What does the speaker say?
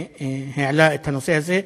שהעלית את הנושא הזה.